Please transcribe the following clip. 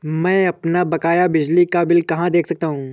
मैं अपना बकाया बिजली का बिल कहाँ से देख सकता हूँ?